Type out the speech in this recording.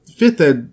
Fifth